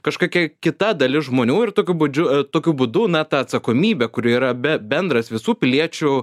kažkokia kita dalis žmonių ir tokiu būdžiu tokiu būdu na ta atsakomybė kuri yra be bendras visų piliečių